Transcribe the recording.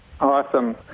Awesome